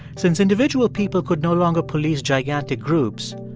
since individual people could no longer police gigantic groups,